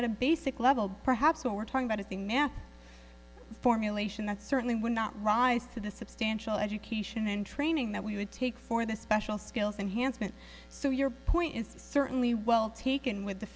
at a basic level perhaps we're talking about a thing man formulation that certainly would not rise to the substantial education and training that we would take for the special skills and hansen so your point is certainly well taken with the